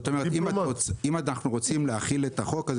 זאת אומרת אם אנחנו רוצים להכיל את החוק של